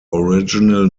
original